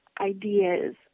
ideas